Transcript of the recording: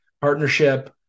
partnership